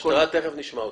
המשטרה, תיכף נשמע אותה.